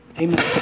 Amen